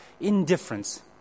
indifference